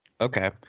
Okay